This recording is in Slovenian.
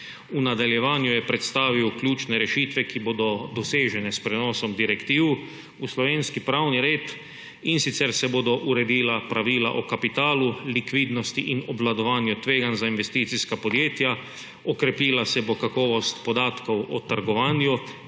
V nadaljevanju je predstavil ključne rešitve, ki bodo dosežene s prenosom direktiv v slovenski pravni red, in sicer se bodo uredila pravila o kapitalu, likvidnosti in obvladovanju tveganj za investicijska podjetja, okrepila se bo kakovost podatkov o trgovanju